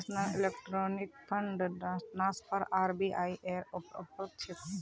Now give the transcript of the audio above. national electronic fund transfer RBI ऐर उपक्रम छेक